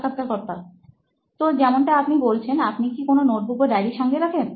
সাক্ষাৎকারকর্তা তো যেমনটা আপনি বলেছেন আপনি কি কোনো নোটবুক বা ডায়রি সাথে রাখেন